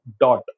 dot